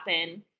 happen